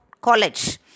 college